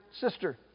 sister